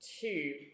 Two